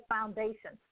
Foundation